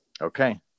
Okay